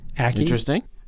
Interesting